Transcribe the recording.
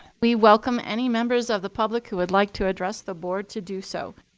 we welcome any members of the public who would like to address the board to do so.